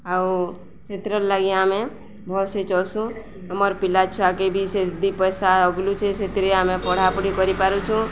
ଆଉ ସେଥିର ଲାଗି ଆମେ ଭଲସେ ଚଷୁଁ ଆମର୍ ପିଲା ଛୁଆଗେ ବି ସେ ଦି ପଇସା ଅଗଲୁଛେ ସେଥିରେ ଆମେ ପଢ଼ାପଢ଼ି କରିପାରୁଛୁଁ